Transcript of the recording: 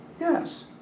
Yes